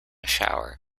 shower